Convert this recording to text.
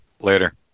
Later